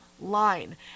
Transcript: line